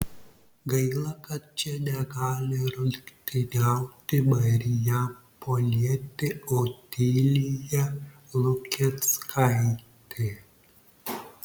gaila kad čia negali rungtyniauti marijampolietė otilija lukenskaitė